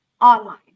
online